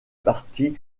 parti